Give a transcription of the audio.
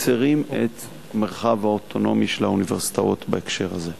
מצרים את המרחב האוטונומי של האוניברסיטאות בהקשר הזה.